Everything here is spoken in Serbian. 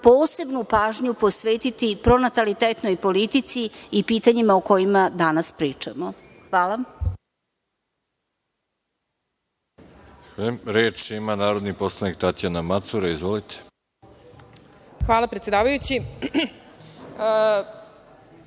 posebnu pažnju posvetiti pronatalitetnoj politici i pitanjima o kojima danas pričamo. Hvala.